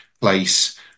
place